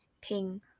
pink